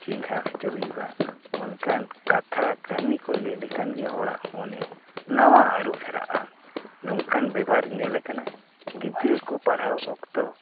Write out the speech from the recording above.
ᱪᱮᱝᱜᱷᱟ ᱚᱪᱚ ᱦᱩᱭᱩᱜᱼᱟ ᱚᱱᱠᱟᱱ ᱠᱟᱛᱷᱟ ᱠᱟᱹᱦᱱᱤ ᱠᱚ ᱞᱟᱹᱭ ᱞᱮᱠᱷᱟᱱ ᱜᱮ ᱦᱚᱲᱟᱜ ᱢᱚᱱᱮ ᱱᱟᱣᱟ ᱟᱹᱨᱩ ᱯᱷᱮᱨᱟᱜᱼᱟ ᱱᱚᱝᱠᱟᱱ ᱵᱮᱵᱷᱟᱨ ᱧᱮᱞ ᱟᱠᱟᱱᱟ ᱜᱤᱫᱽᱨᱟᱹ ᱠᱚ ᱯᱟᱲᱦᱟᱣ ᱚᱠᱛᱚ